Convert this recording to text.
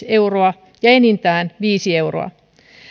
euroa ja enintään viisi euroa tämä